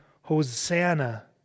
Hosanna